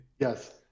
Yes